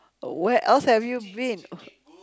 but where else have you been